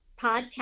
podcast